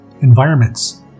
environments